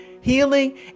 healing